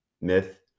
myth